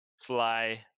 fly